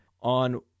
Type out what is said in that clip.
on